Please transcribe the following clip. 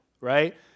right